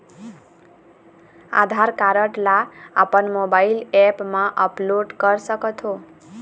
आधार card ला अपन mobile app मा अपलोड कर सकथों?